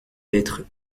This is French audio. lettre